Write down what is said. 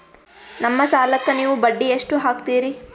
ನಮ್ಮ ಸಾಲಕ್ಕ ನೀವು ಬಡ್ಡಿ ಎಷ್ಟು ಹಾಕ್ತಿರಿ?